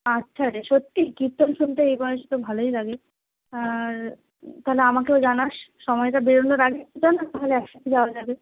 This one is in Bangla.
আচ্ছা রে সত্যিই কীর্তন শুনতে এই বয়সে তো ভালোই লাগে আর তাহলে আমাকেও জানাস সময়টা বেরনোর আগে জানাস তাহলে একসাথে যাওয়া যাবে